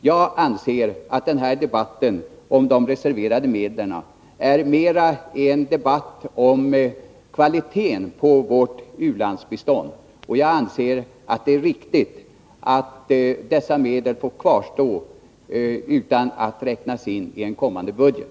Jag anser att debatten om de reserverade medlen mera är en debatt om kvaliteten på vårt u-landsbistånd, och jag anser att det är riktigt att dessa medel får kvarstå utan att räknas in i en kommande budget.